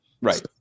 Right